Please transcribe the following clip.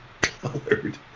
colored